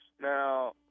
Now